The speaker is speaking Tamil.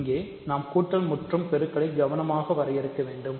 இங்கே நாம் கூட்டல் மற்றும் பெருக்களை கவனமாக வரையறுக்க வேண்டும்